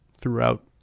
throughout